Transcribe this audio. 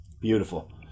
Beautiful